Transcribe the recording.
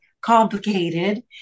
complicated